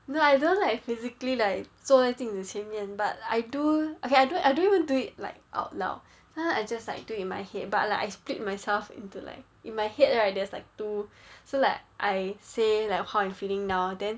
no I don't like physically like 坐在镜子的前面 but I do okay I don't I don't even do it like out loud sometimes I just like do it in my head but like I split myself into like in my head right there's like two so like I say like how I'm feeling now then